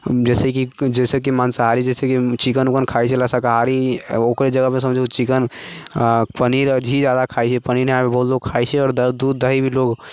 जैसै कि जैसेकि कि माँसाहारी जैसे कि चिकन उकन खाइ छै लअ शाकाहारी ओकरे जगहपर समझू चिकन आओर पनीर घी जादा खाइ छै पनीर नहि आबै बोल दो खाइ छै आओर दूध दही भी लोग